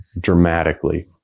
dramatically